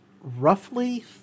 roughly